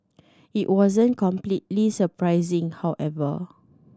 it wasn't completely surprising however